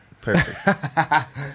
Perfect